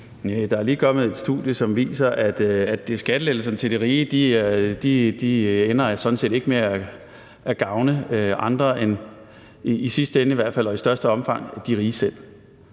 der er lige kommet et studie, som viser, at skattelettelserne til de rige sådan set ikke ender med at gavne andre end – i hvert fald i sidste ende og i største omfang – de rige selv.